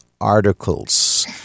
articles